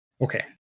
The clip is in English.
okay